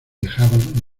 dejaban